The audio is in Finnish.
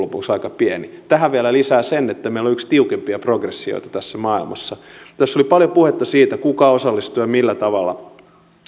lopuksi aika pieni tähän vielä lisää sen että meillä on yksi tiukimmista progressioista maailmassa ja tässä oli paljon puhetta siitä kuka osallistuu ja millä tavalla ja